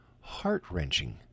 heart-wrenching